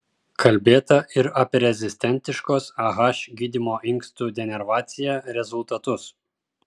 kalbėta ir apie rezistentiškos ah gydymo inkstų denervacija rezultatus